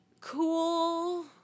cool